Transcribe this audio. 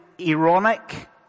ironic